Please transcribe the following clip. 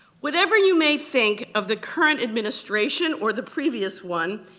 whatever you may think of the current administration or the previous one,